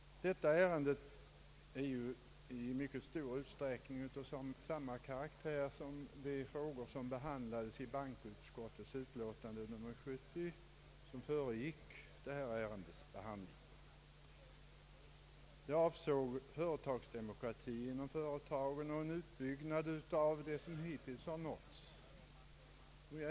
Detta ärende är i mycket stor utsträckning av samma karaktär som de frågor som behandlades i bankoutskottets utlåtande nr 70 som föregick detta ärendes behandling. Detta utlåtande avsåg företagsdemokratin inom företagen och en utbyggnad av det som hittills har uppnåtts på området.